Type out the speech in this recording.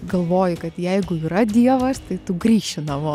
galvoji kad jeigu yra dievas tai tu grįši namo